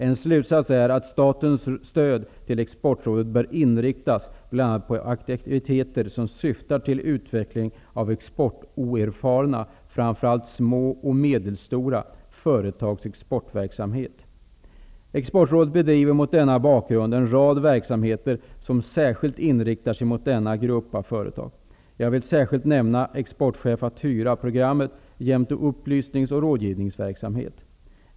En slutsats är att statens stöd till Exportrådet bör inriktas bl.a. på aktiviteter som syftar till utveckling av exportoerfarna, framför allt små och medelstora, företags exportverksamhet. Exportrådet bedriver mot denna bakgrund en rad verksamheter som särskilt inriktar sig på denna grupp av företag. Jag vill särskilt nämna exportchef-att-hyra-programmet jämte upplysnings och rådgivningsverksamhet.